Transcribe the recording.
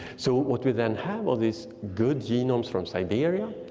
so what we then have are these good genomes from siberia,